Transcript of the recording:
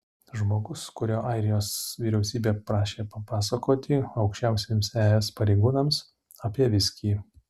žmogus kurio airijos vyriausybė prašė papasakoti aukščiausiems es pareigūnams apie viskį